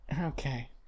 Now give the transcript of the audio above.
Okay